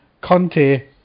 Conte